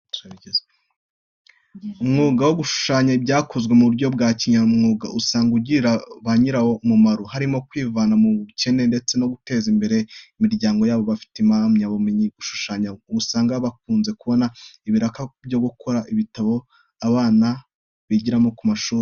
Umwuga wo gushushanya iyo ukozwe mu buryo bwa kinyamwuga usanga ugirira ba nyirawo umumaro, harimo kwivana mu bukene ndetse no guteza imbere imiryango yabo. Abafite impamyabumyenyi mu gushushanya, usanga bakunze kubona ibiraka byo gukora ibitabo abana bigiramo ku mashuri.